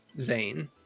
zane